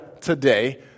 today